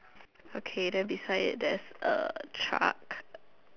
okay then beside it there's a chart